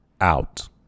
out